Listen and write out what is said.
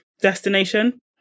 destination